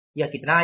यह कितना आएगा